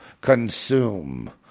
consume